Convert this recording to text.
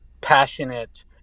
passionate